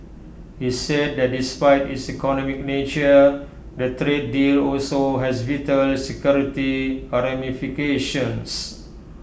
he said that despite its economic nature the trade deal also has vital security ramifications